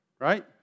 Right